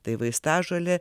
tai vaistažolė